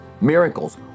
miracles